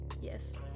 yes